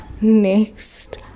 next